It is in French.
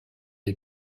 des